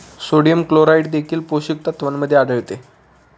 sodium chloride देखील पोषक तत्वांमध्ये आढळते